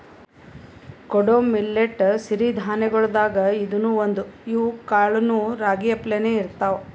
ಕೊಡೊ ಮಿಲ್ಲೆಟ್ ಸಿರಿ ಧಾನ್ಯಗೊಳ್ದಾಗ್ ಇದೂನು ಒಂದು, ಇವ್ ಕಾಳನೂ ರಾಗಿ ಅಪ್ಲೇನೇ ಇರ್ತಾವ